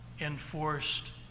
enforced